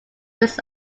this